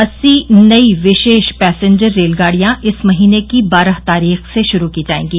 अस्सी नई विशेष पैसेंजर रेलगाडियां इस महीने की बारह तारीख से शुरू की जाएंगी